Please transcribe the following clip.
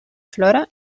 flora